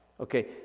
okay